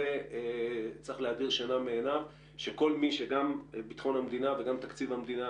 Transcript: זה צריך להדיר שינה מעיניו של כל מי שגם ביטחון המדינה וגם תקציב המדינה